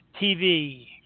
TV